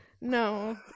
No